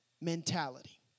mentality